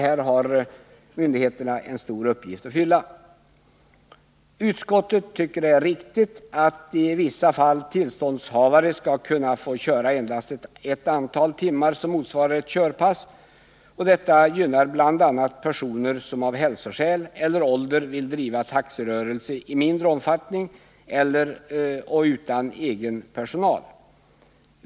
Här har myndigheterna en stor uppgift att fylla. Utskottet tycker det är riktigt att tillståndshavare i vissa fall skall kunna få köra endast det antal timmar som motsvarar ett körpass. Detta gynnar bl.a. personer som av hälsoskäl eller ålder vill driva taxirörelse i mindre omfattning och utan egen personal.